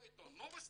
לא עיתון נובוסטי,